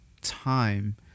time